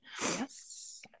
Yes